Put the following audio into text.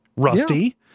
rusty